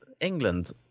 England